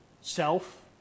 self